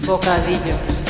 Bocadillos